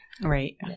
Right